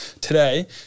Today